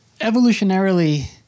evolutionarily